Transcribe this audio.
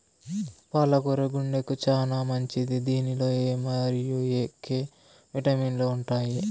పాల కూర గుండెకు చానా మంచిది దీనిలో ఎ మరియు కే విటమిన్లు ఉంటాయి